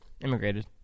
immigrated